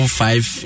five